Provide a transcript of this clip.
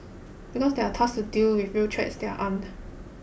because they are tasked to deal with real threats they are armed